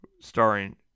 starring